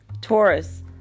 Taurus